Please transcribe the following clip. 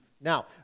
Now